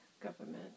government